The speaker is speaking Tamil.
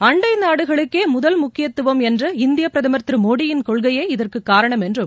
அண்டை நாடுகளுக்கே முதல் முக்கியத்துவம் என்ற இந்திய பிரதமர் திரு மோடியின் கொள்கையே இதற்கு காரணம் என்றும்